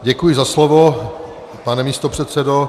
Děkuji za slovo, pane místopředsedo.